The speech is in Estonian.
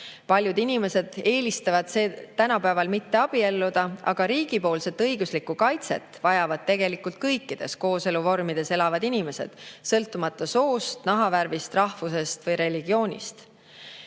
Paljud inimesed eelistavad tänapäeval mitte abielluda, aga riigi õiguslikku kaitset vajavad tegelikult kõikides kooseluvormides elavad inimesed, sõltumata soost, nahavärvist, rahvusest või religioonist.